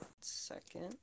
Second